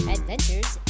Adventures